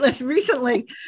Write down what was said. recently